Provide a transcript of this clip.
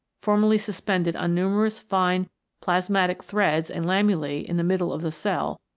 formerly suspended on numerous fine plasmatic threads and lamellae in the middle of the cell,